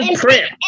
print